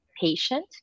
patient